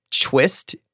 twist